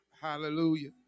Hallelujah